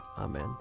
Amen